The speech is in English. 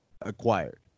acquired